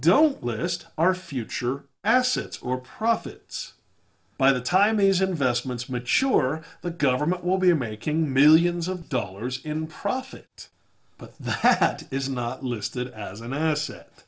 don't list our future assets or profits by the time these investments mature the government will be making millions of dollars in profit but that is not listed as an